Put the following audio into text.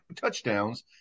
touchdowns